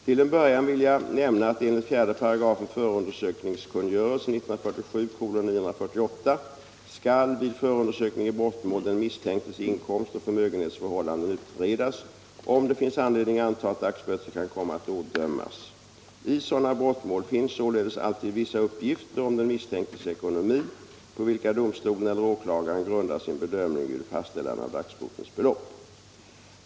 Till en början vill jag nämna att enligt 4 § förundersökningskungörelsen skall vid förundersökning i brottmål den misstänktes inkomstoch förmögenhetsförhållanden utredas, om det finns anledning anta att dagsböter kan komma att ådömas. I sådana brottmål finns'således alltid vissa uppgifter om den misstänktes ekonomi på vilka domstolen eller åklagaren grundar sin bedömning vid fastställande av dagsbotens belopp.